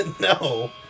No